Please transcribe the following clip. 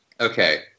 okay